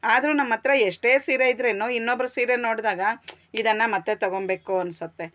ಆದ್ರೂ ನಮ್ಮ ಹತ್ರ ಎಷ್ಟೇ ಸೀರೆ ಇದ್ರೂನು ಇನ್ನೊಬ್ಬರ ಸೀರೆ ನೋಡಿದಾಗ ಇದನ್ನು ಮತ್ತೆ ತೊಗೊಳ್ಬೇಕು ಅನ್ಸುತ್ತೆ